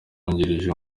wungirije